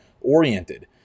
oriented